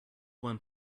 one